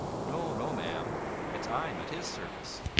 no, no, ma'am it's i'm at his service.